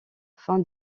fin